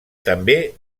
també